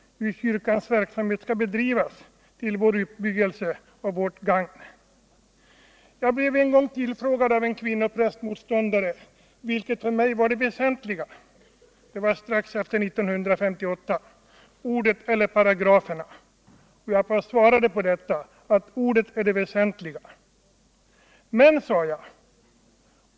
— hur kyrkans verksamhet skall bedrivas. till vår uppbyggelse och ull vårt gagn. Jag blev en gång tillfrågad av en kvinnoprästmotståndare om vilket som för mig var det väsentligaste, Ordet eller paragraferna. Jag svarade att Ordet är det väsentliga. Men, sade jag.